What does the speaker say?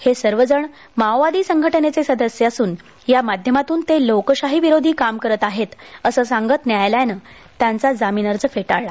हे सर्वजण माओवादी संघटनेचे सदस्य असून या माध्यमातून ते लोकशाहीविरोधी काम करत आहेत असं सांगत न्यायालयानं त्यांचा जामीन फेटाळाला